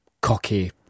cocky